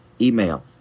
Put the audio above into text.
Email